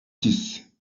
six